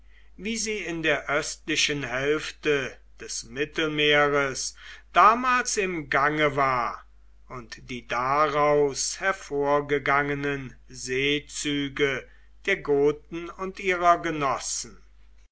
wie sie in der östlichen hälfte des mittelmeeres damals im gange war und die daraus hervorgegangenen seezüge der goten und ihrer genossen